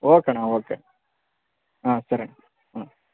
okay ಅಣ್ಣ okay ಹಾಂ ಸರಿ ಹಾಂ